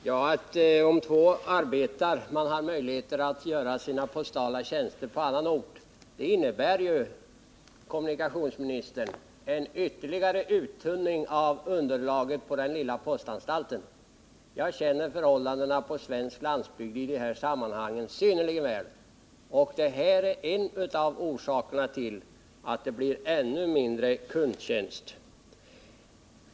Herr talman! Om de båda arbetande i ett hushåll väljer att få sina postala tjänster utförda på annan ort, innebär det ju en ytterligare uttunning av underlaget på den lilla postanstalten. Jag känner förhållandena på svensk landsbygd i dessa sammanhang synnerligen väl, och jag vet att sådan utflyttning av posttjänster är en av orsakerna till att kundtjänsten på de små orterna minskar ytterligare.